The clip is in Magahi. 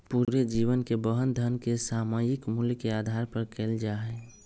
पूरे जीवन के वहन धन के सामयिक मूल्य के आधार पर कइल जा हई